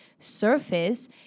surface